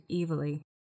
evilly